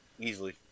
Easily